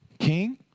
King